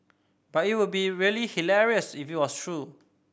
but it would be really hilarious if it was true